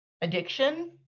addiction